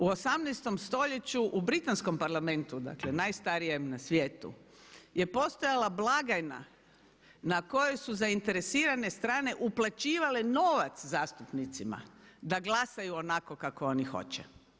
U 18. stoljeću u Britanskom parlamentu, dakle najstarijem na svijetu je postojala blagajna na kojoj su zainteresirane strane uplaćivale novac zastupnicima da glasaju onako kako oni hoće.